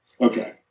Okay